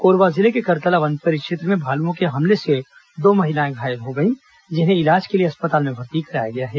कोरबा जिले के करतला वन परिक्षेत्र में भालुओं के हमले से दो महिलाएं घायल हो गई जिन्हें इलाज के लिए अस्पताल में भर्ती कराया गया है